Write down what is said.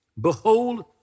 behold